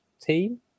team